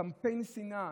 קמפיין שנאה,